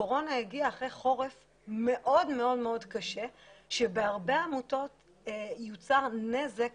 הקורונה הגיעה אחרי חורף מאוד מאוד קשה שבהרבה עמותות נוצר נזק